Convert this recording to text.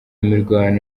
mirwano